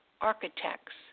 architects